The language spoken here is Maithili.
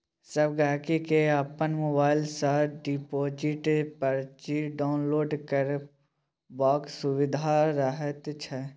सब गहिंकी केँ अपन मोबाइल सँ डिपोजिट परची डाउनलोड करबाक सुभिता रहैत छै